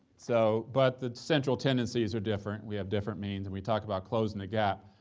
so but the central tendencies are different. we have different means, and we talk about closing the gap.